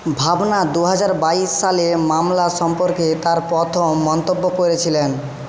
ভাবনা দু হাজার বাইশ সালে মামলা সম্পর্কে তাঁর প্রথম মন্তব্য করেছিলেন